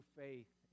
faith